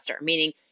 meaning